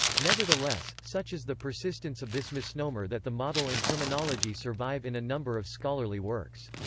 nevertheless, such is the persistence of this misnomer that the model and terminology survive in a number of scholarly works.